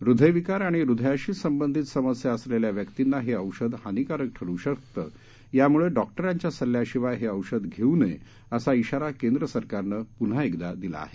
हृद्यविकार आणि हृद्याशी सद्याधित समस्या असलेल्या व्यक्तींना हे औषध हानीकारक ठरू शकत विवामुळडिक्टराच्या सल्ल्याशिवाय हे औषध घेऊ नये असा इशारा केंद्र सरकारन पुन्हा एकदा दिला आहे